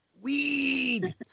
Weed